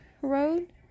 Road